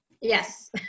Yes